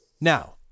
now